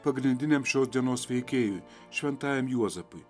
pagrindiniam šios dienos veikėjui šventajam juozapui